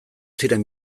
ziren